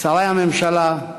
שרי הממשלה,